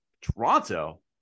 Toronto